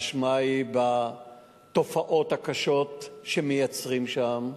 האשמה היא בתופעות הקשות שמייצרים שם.